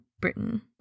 Britain